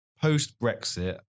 Post-Brexit